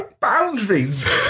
boundaries